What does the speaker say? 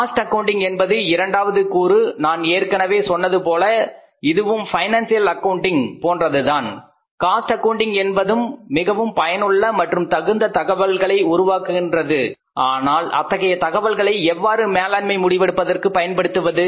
cost accounting என்பது இரண்டாவது கூறு நான் ஏற்கனவே சொன்னது போல இதுவும் பைனான்சியல் அக்கவுண்டிங் போன்றதுதான் காஸ்ட் அக்கவுன்டிங் என்பதும் மிகவும் பயனுள்ள மற்றும் தகுந்த தகவல்களை உருவாக்குகின்றது ஆனால் அத்தகைய தகவல்களை எவ்வாறு மேலாண்மை முடிவெடுப்பதற்கு பயன்படுத்துவது